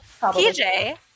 PJ